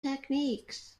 techniques